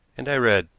and i read